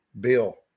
Bill